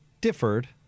differed